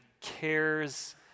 cares